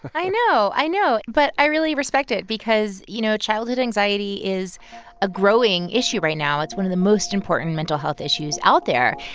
i know. i know. but i really respect it because, you know, childhood anxiety is a growing issue right now. it's one of the most important mental health issues out there.